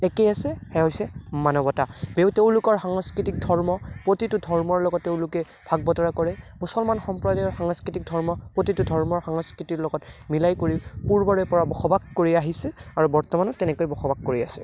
একেই আছে সেয়া হৈছে মানৱতা বেও তেওঁলোকৰ সাংস্কৃতিক ধৰ্ম প্ৰতিটো ধৰ্মৰ লগত তেওঁলোকে ভাগ বতৰা কৰে মুছলমান সম্প্ৰদায়ৰ সাংস্কৃতিক ধৰ্ম প্ৰতিটো ধৰ্মৰ সাংস্কৃতিৰ লগত মিলাই কৰি পূৰ্বৰেপৰা বসবাস কৰি আহিছে আৰু বৰ্তমানো তেনেকৈ বসবাস কৰি আছে